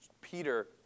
Peter